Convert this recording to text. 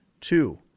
Two